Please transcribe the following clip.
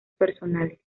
personales